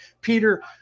Peter